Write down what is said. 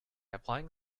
applying